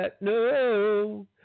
No